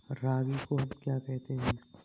रागी को हम क्या कहते हैं?